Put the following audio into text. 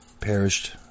perished